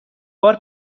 بار